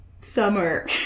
summer